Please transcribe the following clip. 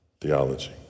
theology